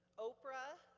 oprah,